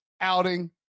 outing